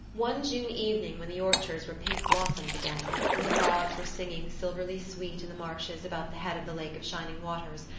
one june evening, when the orchards were pink blossomed again, when the frogs were singing silverly sweet in the marshes about the head of the lake of shining waters,